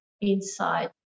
inside